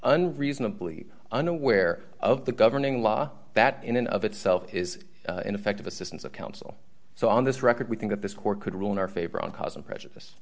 unreasonably unaware of the governing law that in and of itself is ineffective assistance of counsel so on this record we think that this court could rule in our favor on causing prejudice